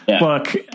Look